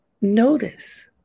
notice